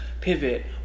pivot